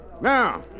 Now